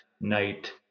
night